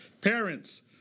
parents